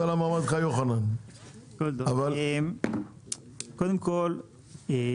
קודם כול,